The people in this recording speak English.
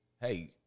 Hey